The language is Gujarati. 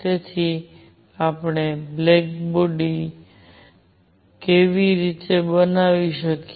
તેથી આપણે બ્લોક બોડી કેવી રીતે બનાવી શકીએ